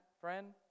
friend